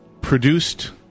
produced